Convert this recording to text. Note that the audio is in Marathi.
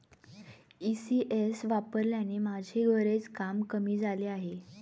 ई.सी.एस वापरल्याने माझे बरेच काम कमी झाले आहे